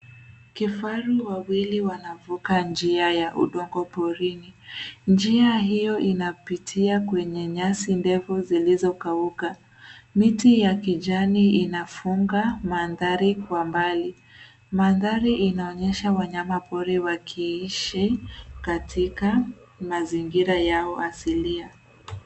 Kifaru wawili wanavuka njia ya udongo porini. Njia hiyo inapitia kwenye nyasi ndefu zilizokauka. Miti ya kijani inafunga mandhari kwa mbali. Mandhari inaonyesha wanyama pori wakiishi katika mazingira yao asili.